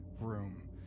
room